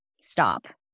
stop